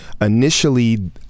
Initially